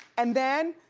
and then,